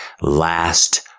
Last